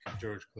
George